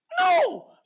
No